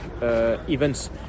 events